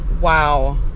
Wow